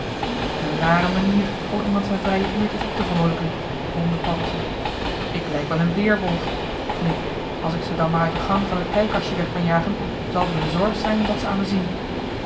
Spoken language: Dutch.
een rare manier om iemand zijn vrije uurtjes op te vroolijken bromde paddeltje ik lijk wel een weerwolf nu als ik ze dan maar uit de gang van het kijkkastje weg kan jagen zal het m'n zorg zijn wat ze aan me zien